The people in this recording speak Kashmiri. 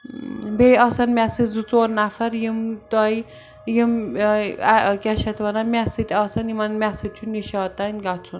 بیٚیہِ آسَن مےٚ سۭتۍ زٕ ژور نَفَر یِم تۄہہِ یِم کیٛاہ چھِ اَتھ وَنان مےٚ سۭتۍ آسَن یِمَن مےٚ سۭتۍ چھُ نِشاط تانۍ گَژھُن